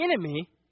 enemy